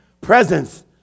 presence